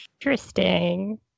interesting